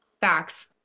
Facts